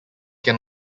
can